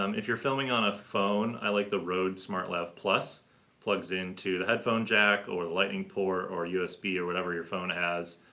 um if you're filming on a phone, i like the rode smartlav. plugs plugs into the headphone jack, or lightning port, or usb, or whatever your phone has,